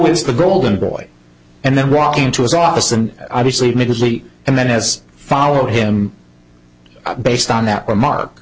ys the golden boy and then walking to his office and obviously admittedly and then has followed him based on that remark